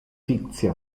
fikcja